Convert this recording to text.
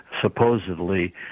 supposedly